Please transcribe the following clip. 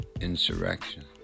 insurrection